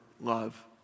love